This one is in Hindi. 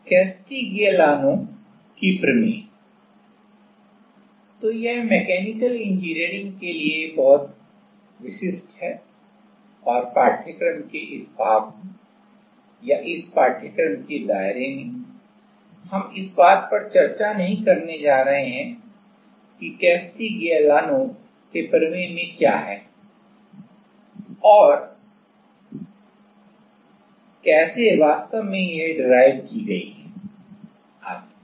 Castigliano's theorem कैस्टिग्लिआनो की प्रमेय Castigliano's theorem तो यह मैकेनिकल इंजीनियरिंग के लिए बहुत विशिष्ट है और पाठ्यक्रम के इस भाग में या इस पाठ्यक्रम के दायरे में हम इस बात पर चर्चा नहीं करने जा रहे हैं कि कैस्टिग्लिआनो के प्रमेय में क्या है और कैसे वास्तव में यह डिराइव की गई है आदि